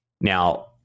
Now